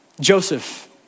Joseph